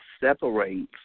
separates